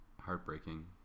heartbreaking